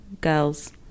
girls